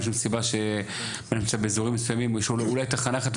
אין שום סיבה שבאזורים מסוימים תהיה אולי תחנה אחת,